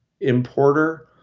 importer